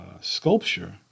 sculpture